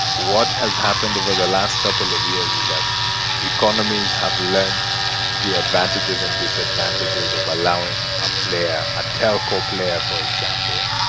what has happened over the last couple of years is that economies have learned the advantages and disadvantages of allowing a player, a telco player for example,